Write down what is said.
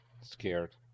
scared